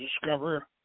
discover